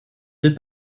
deux